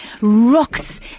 rocks